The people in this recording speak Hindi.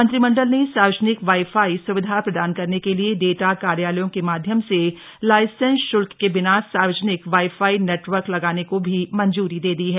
मंत्रिमंडल ने सार्वजनिक वाई फाई स्विधा प्रदान करने के लिए डेटा कार्यालयों के माध्यम से लाइसेंस शुल्क के बिना सार्वजनिक वाई फाई नेटवर्क लगाने को भी मंजूरी दे दी है